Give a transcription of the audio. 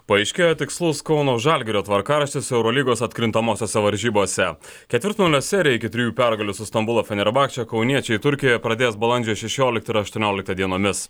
paaiškėjo tikslus kauno žalgirio tvarkaraštis eurolygos atkrintamosiose varžybose ketvirtfinalio seriją iki trijų pergalių su stambulo fenerbahče kauniečiai turkijoje pradės balandžio šešioliktą ir aštuonioliktą dienomis